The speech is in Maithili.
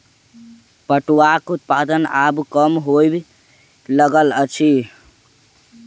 पटुआक उत्पादन आब कम होमय लागल अछि